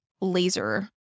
laser